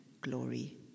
glory